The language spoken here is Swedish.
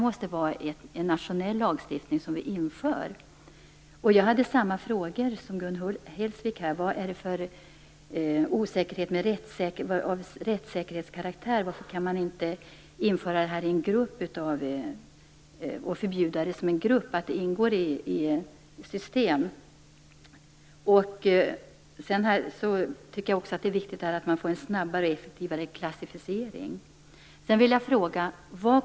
Den lagstiftning som vi inför måste vara nationell. Jag hade samma frågor som Gun Hellsvik. Vad är det för osäkerhet av rättssäkerhetskaraktär? Varför kan man inte förbjuda preparat som ingår i en grupp, i ett system? Jag tycker också att det är viktigt att man får en snabbare klassificering.